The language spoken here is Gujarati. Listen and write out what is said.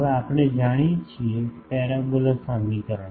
હવે આપણે જાણીએ છીએ પેરાબોલા સમીકરણ